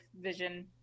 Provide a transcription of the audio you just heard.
vision